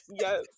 yes